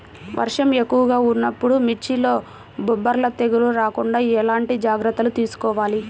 వర్షం ఎక్కువగా ఉన్నప్పుడు మిర్చిలో బొబ్బర తెగులు రాకుండా ఎలాంటి జాగ్రత్తలు తీసుకోవాలి?